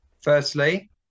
Firstly